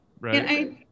right